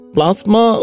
Plasma